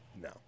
No